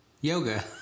Yoga